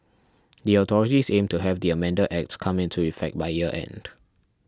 the authorities aim to have the amended acts come into effect by year end